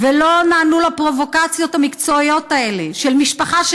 ולא נענו לפרובוקציות המקצועיות האלה של משפחה,